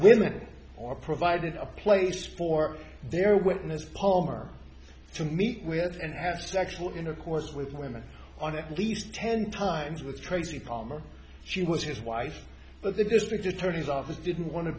women or provided a place for their witness palmer to meet with and have sexual intercourse with women on at least ten times with tracy palmer she was his wife but the district attorney's office didn't want to